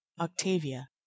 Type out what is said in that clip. Octavia